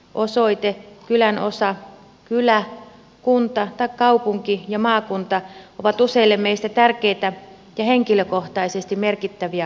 osoite kylänosa kylä kunta tai kaupunki ja maakunta ovat useille meistä tärkeitä ja henkilökohtaisesti merkittäviä asioita